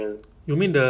it's not in the fridge eh